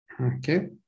okay